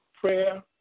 prayer